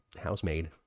housemaid